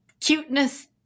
cuteness